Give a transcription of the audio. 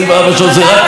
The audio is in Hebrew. זה רק פעם אחת.